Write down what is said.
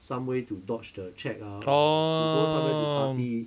somewhere to dodge the check ah or to go somewhere to party